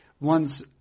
one's